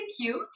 cute